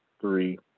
three